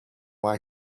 why